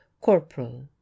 corporal